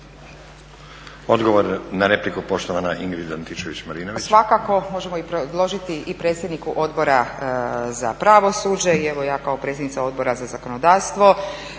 Odgovor na repliku, poštovana Ingrid Antičević-Marinović. **Antičević Marinović, Ingrid (SDP)** Svakako, možemo predložiti i predsjedniku Odbora za pravosuđe i evo ja kao predsjednica Odbora za zakonodavstvo,